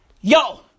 Yo